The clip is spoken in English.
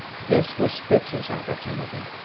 this was spitz's opportunity.